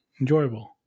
enjoyable